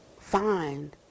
find